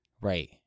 right